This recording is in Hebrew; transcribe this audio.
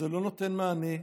זה לא נותן מענה לתלמידים.